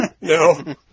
No